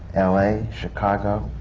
l a, chicago,